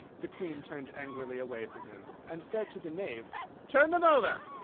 the queen turned angrily away from him, and said to the knave turn them over!